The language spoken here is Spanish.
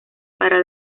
para